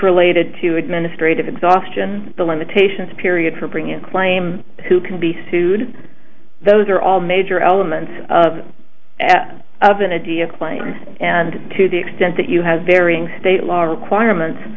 related to administrative exhaustion the limitations period for bring in claim who can be sued those are all major elements of of an idiot claim and to the extent that you have varying state law requirements